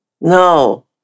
No